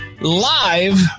live